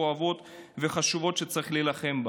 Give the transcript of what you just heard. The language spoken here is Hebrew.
הכואבות והחשובות שצריך להילחם בהן.